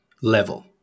level